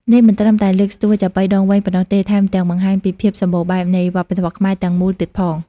នេះមិនត្រឹមតែលើកស្ទួយចាប៉ីដងវែងប៉ុណ្ណោះទេ ថែមទាំងបង្ហាញពីភាពសម្បូរបែបនៃវប្បធម៌ខ្មែរទាំងមូលទៀតផង។